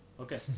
Okay